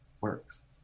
works